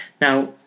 Now